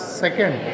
second